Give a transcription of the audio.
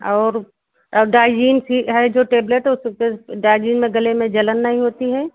और और डाईजीन सी है जो टेबलेट उसको डाईजीन में गले में जलन नहीं होती है